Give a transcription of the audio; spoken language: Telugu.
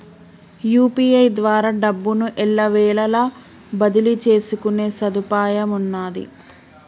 యూ.పీ.ఐ ద్వారా డబ్బును ఎల్లవేళలా బదిలీ చేసుకునే సదుపాయమున్నాది